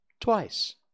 twice